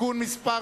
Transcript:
(תיקון מס'